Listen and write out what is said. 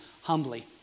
humbly